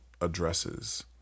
addresses